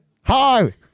Hi